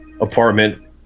apartment